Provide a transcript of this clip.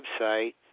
website